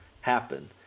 happen